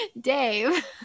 Dave